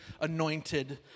anointed